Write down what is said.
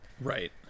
Right